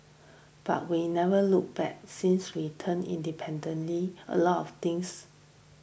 but we never looked back since we turned independently a lot of things